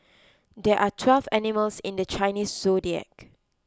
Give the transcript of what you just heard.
there are twelve animals in the Chinese zodiac